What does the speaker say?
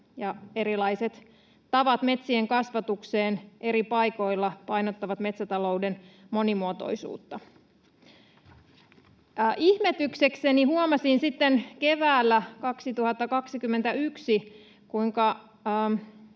erilaiset tavat metsien kasvatukseen eri paikoilla painottavat metsätalouden monimuotoisuutta. Ihmetyksekseni huomasin sitten keväällä 2021, kuinka